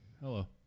hello